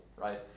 right